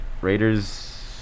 Raiders